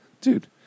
dude